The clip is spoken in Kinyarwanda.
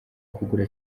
kugura